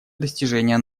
достижения